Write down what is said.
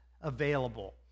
available